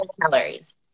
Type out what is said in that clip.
calories